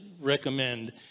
recommend